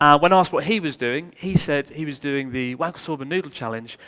um when asked what he was doing, he said he was doing the wanko soba noodle challenge,